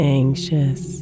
anxious